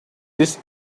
this